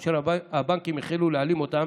אשר הבנקים החלו להעלים אותם.